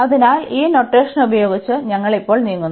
അതിനാൽ ഈ നൊട്ടേഷൻ ഉപയോഗിച്ച് ഞങ്ങൾ ഇപ്പോൾ നീങ്ങുന്നു